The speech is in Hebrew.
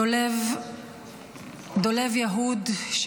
דולב יהוד,